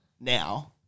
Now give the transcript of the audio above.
now